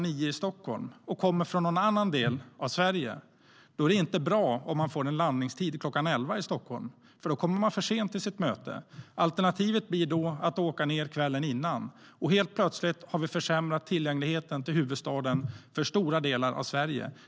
9 i Stockholm och kommer från någon annan del av Sverige är det inte bra om man får en landningstid kl. 11 i Stockholm, för då kommer man för sent till sitt möte. Alternativet blir då att åka ned kvällen innan. Helt plötsligt har vi försämrat tillgängligheten till huvudstaden för stora delar av Sverige.